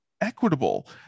equitable